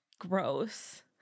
Gross